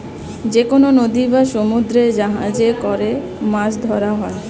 যেকনো নদী বা সমুদ্রে জাহাজে করে মাছ ধরা হয়